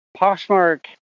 Poshmark